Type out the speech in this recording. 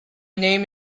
name